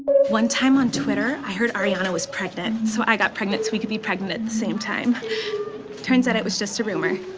one time, on twiter i heard ariana was pregnant so i got pregnant so we could be pregnant at the same turns out it was just a rumor